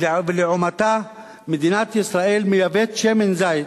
ולעומתה מדינת ישראל מייבאת שמן זית,